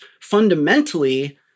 fundamentally